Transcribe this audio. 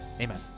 Amen